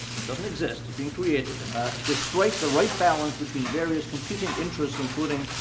doesn't exist, has been created to strike the right balance between various competing interests including,